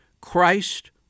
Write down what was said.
Christ